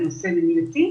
בנושא מניעתי,